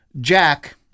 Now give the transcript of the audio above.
Jack